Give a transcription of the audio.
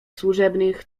służebnych